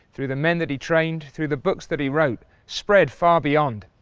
through the men that he trained, through the books that he wrote, spread far beyond.